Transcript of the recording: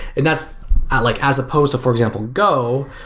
and that's at like as supposed to for example, go,